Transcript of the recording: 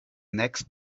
next